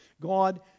God